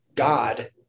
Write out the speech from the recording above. God